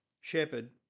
shepherd